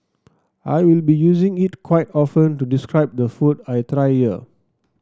I will be using it quite often to describe the food I try here